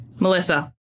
Melissa